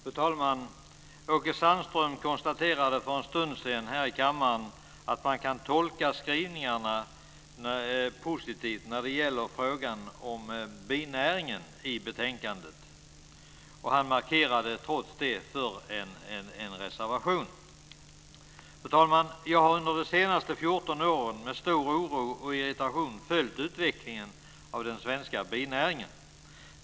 Fru talman! Åke Sandström konstaterade för en stund sedan här i kammaren att man kan tolka skrivningarna positivt när det gäller frågan om binäringen i betänkandet. Han markerade trots det för en reservation. Fru talman! Jag har under de senaste 14 åren med stor oro och irritation följt utvecklingen av den svenska binäringen.